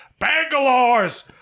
Bangalores